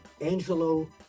Angelo